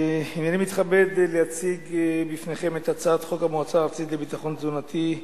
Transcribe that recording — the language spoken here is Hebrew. הנני מתכבד להציג בפניכם את הצעת חוק המועצה הארצית לביטחון תזונתי,